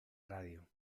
radio